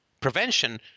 Prevention